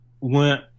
went